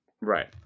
Right